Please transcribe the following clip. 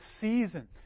season